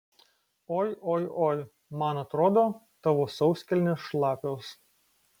oi oi oi man atrodo tavo sauskelnės šlapios